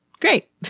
Great